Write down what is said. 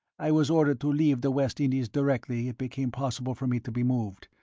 i was ordered to leave the west indies directly it became possible for me to be moved.